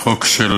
החוק של